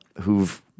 who've